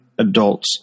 adults